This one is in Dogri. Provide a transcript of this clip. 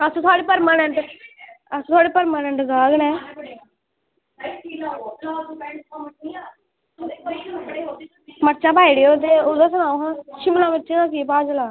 अस थुआढ़े परमानेंट परमानेंट गाह्क न ते खर्चा सनाई ओड़ां ते शिमला मर्च दा केह् रेट ऐ